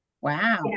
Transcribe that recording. wow